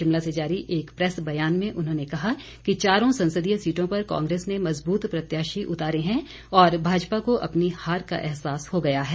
शिमला से जारी एक प्रैस ब्यान में उन्होंने कहा कि चारों संसदीय सीटों पर कांग्रेस ने मजबूत प्रत्याशी उतारे हैं और भाजपा को अपनी हार का एहसास हो गया है